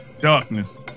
Darkness